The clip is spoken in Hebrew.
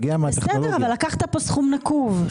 בסדר, אבל לקחת כאן סכום נקוב.